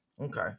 Okay